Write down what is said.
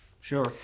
Sure